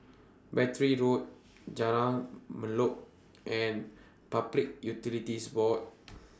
Battery Road Jalan Molek and Public Utilities Board